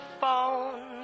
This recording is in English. phone